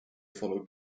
follow